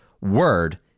Word